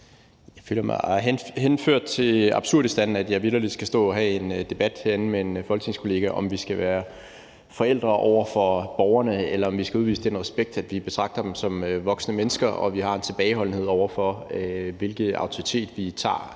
Jeg føler mig hensat til Absurdistan over vitterlig at skulle stå og have en debat herinde med en folketingskollega om, hvorvidt vi skal være forældre over for borgerne, eller om vi skal udvise den respekt, at vi betragter dem som voksne mennesker og har en tilbageholdenhed, med hensyn til hvilken autoritet vi antager